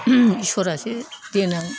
इसोरासो देनां